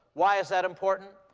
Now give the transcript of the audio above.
why is that important?